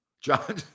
John